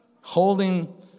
Holding